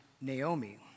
Naomi